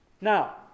Now